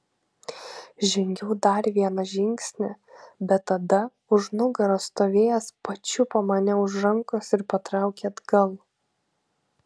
žengiau dar vieną žingsnį bet tada už nugaros stovėjęs pačiupo mane už rankos ir patraukė atgal